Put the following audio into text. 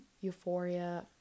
Euphoria